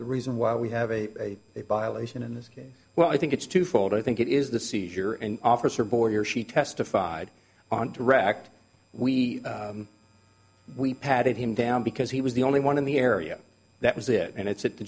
the reason why we have a date by lation in this case well i think it's twofold i think it is the seizure and officer border she testified on direct we we patted him down because he was the only one in the area that was it and it's a